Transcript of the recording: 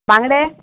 बांगडे